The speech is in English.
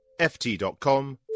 Ft.com